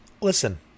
Listen